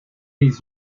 his